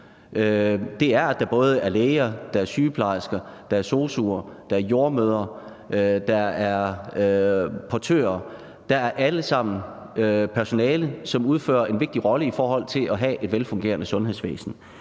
altså at der både er læger, sygeplejersker, sosu'er, jordemødre, portører, der alle sammen er personale, som udfører en vigtig rolle i forhold til at have et velfungerende sundhedsvæsen.